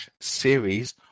series